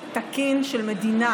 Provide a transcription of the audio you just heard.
קודם כול תפקוד תקין של מדינה,